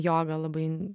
jogą labai